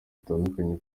zitandukanye